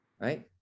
Right